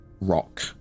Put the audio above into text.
rock